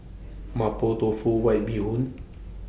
Mapo Tofu White Bee Hoon